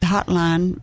Hotline